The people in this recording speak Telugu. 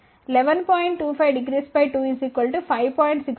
6250